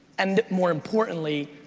and more importantly,